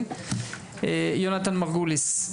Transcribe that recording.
בבקשה יהונתן מרגוליס,